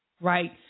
right